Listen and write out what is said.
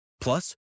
plus